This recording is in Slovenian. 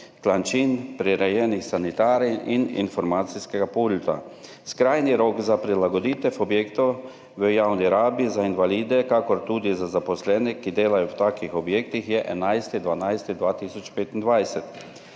klančin, prirejenih sanitarij in informacijskega pulta. Skrajni rok za prilagoditev objektov v javni rabi tako za invalide kakor tudi za zaposlene, ki delajo v takih objektih, je 11. 12. 2025.